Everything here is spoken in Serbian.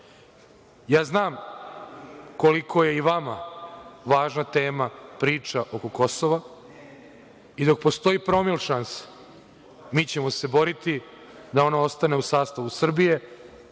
ja znam koliko je i vama važna tema priča oko Kosova i dok postoji promil šanse mi ćemo se boriti da ono ostane u sastavu Srbije